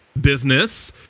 business